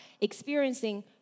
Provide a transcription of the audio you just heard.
experiencing